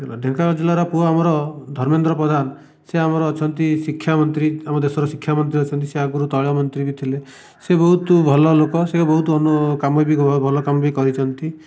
ଢେଙ୍କାନାଳ ଜିଲ୍ଲାର ପୁଅ ଆମର ଧର୍ମେନ୍ଦ୍ର ପ୍ରଧାନ ସେ ଆମର ଅଛନ୍ତି ଶିକ୍ଷାମନ୍ତ୍ରୀ ଆମ ଦେଶର ଶିକ୍ଷାମନ୍ତ୍ରୀ ଅଛନ୍ତି ସେ ଆଗରୁ ତୈଳମନ୍ତ୍ରୀ ବି ଥିଲେ ସେ ବହୁତ ଭଲ ଲୋକ ସେ ବହୁତ ଭଲ କାମ ବି କରିଛନ୍ତି